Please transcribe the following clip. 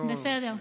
בסדר.